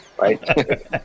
Right